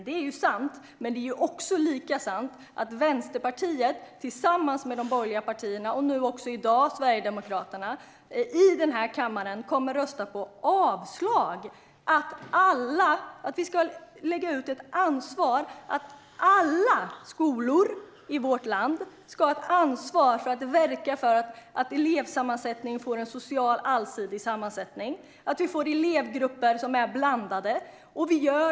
Det är sant, men det är också lika sant att Vänsterpartiet tillsammans med de borgerliga partierna och nu också i dag Sverigedemokraterna i den här kammaren kommer att rösta på avslag för att alla skolor i vårt land ska ha ett ansvar för att verka för att elevsammansättningen får en allsidig social sammansättning, att man får elevgrupper som är blandade.